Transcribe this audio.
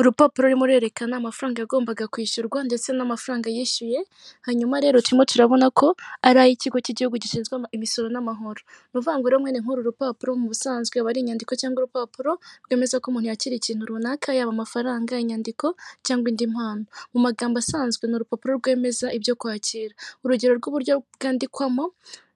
Urupapuro rurimo rurerekana amafaranga yagombaga kwishyurwa ndetse n'amafaranga yishyuye hanyuma rero turimo turabona ko ari ay'ikigo cy'igihugu gishinzwe imisoro n'amahoro. Ni ukuvuga rero nkuru rupapuro mu busanzwe aba ari inyandiko cyangwa urupapuro rwemeza ko umuntu yakira ikintu runaka yaba amafaranga, inyandiko cyangwa indi mpano. Mu magambo asanzwe n'urupapuro rwemeza ibyo kwakira. Urugero rw'uburyo bwandikwamo,